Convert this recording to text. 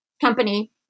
company